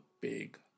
big